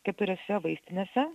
keturiose vaistinėse